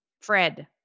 Fred